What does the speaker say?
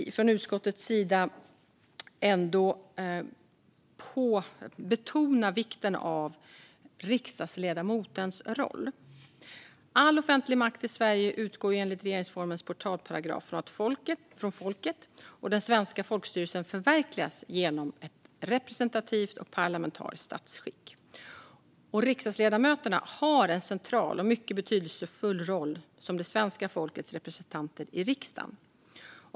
Från utskottets sida vill vi ändå betona vikten av riksdagsledamotens roll. All offentlig makt i Sverige utgår enligt regeringsformens portalparagraf från folket, och den svenska folkstyrelsen förverkligas genom ett representativt och parlamentariskt statsskick. Riksdagsledamöterna har en central och mycket betydelsefull roll som det svenska folkets representanter i riksdagen.